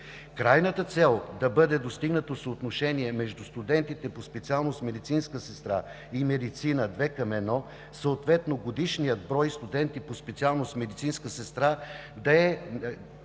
Крайната цел: да бъде достигнато съотношение между студентите по специалност „Медицинска сестра“ и „Медицина“ две към едно, съответно годишният брой студенти по специалността „Медицинска сестра“ да е